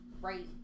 right